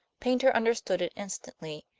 paynter understood it instantly.